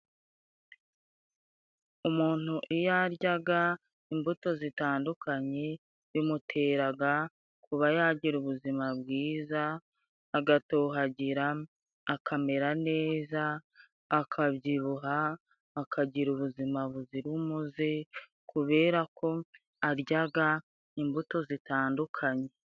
Umuntu iyo aryaga imbuto zitandukanye bimuteraga kuba yagira ubuzima bwiza : agatohagira, akamera neza, akabyibuha ,akagira ubuzima buzira umuze, kubera ko aryaga imbuto zitandukanye.